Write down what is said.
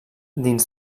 dins